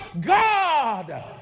God